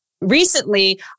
Recently